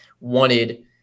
wanted